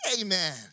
Amen